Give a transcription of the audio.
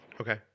Okay